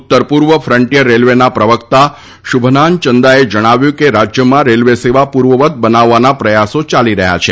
ઉત્તરપૂર્વ ફન્ટિયર રેલવેના પ્રવકતા શુભનાન ચંદાએ જણાવ્યું છે કે રાજયમાં રેલવે સેવા પૂર્વવત બનાવવાના પ્રયાસો યાલી રહ્યા છે